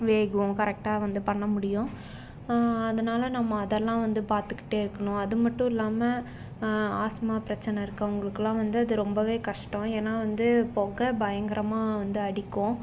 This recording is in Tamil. வேகும் கரெக்டாக வந்து பண்ண முடியும் அதனால் நம்ம அதெல்லாம் வந்து பார்த்துக்கிட்டே இருக்கணும் அது மட்டும் இல்லாமல் ஆஸ்மா பிரச்சனை இருக்கறவங்களுக்குலாம் வந்து அது ரொம்பவே கஷ்டம் ஏன்னால் வந்து பொகை பயங்கரமாக வந்து அடிக்கும்